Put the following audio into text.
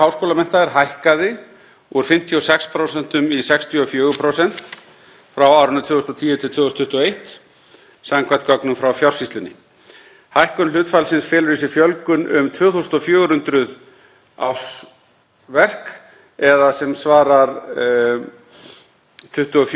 Hækkun hlutfallsins felur í sér fjölgun um 2.412 þúsund ársverk eða sem svarar til 24% aukningar. Þessi þróun endurspeglast t.d. í fjölgun starfa innan heilbrigðiskerfisins, þar sem um 43% ríkisstarfsmanna starfa.